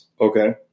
Okay